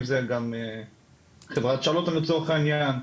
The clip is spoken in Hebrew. אם זה גם חברת צ'רלטון לצורך העניין.